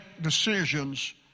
decisions